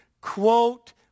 quote